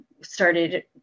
started